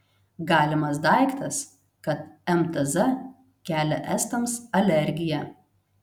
galimas daiktas kad mtz kelia estams alergiją